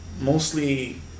mostly